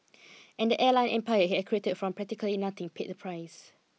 and the airline empire he had created from practically nothing paid the price